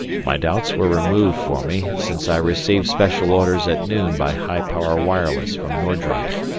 my doubts were removed for me since i received special orders at noon by high-power wireless from nordreich,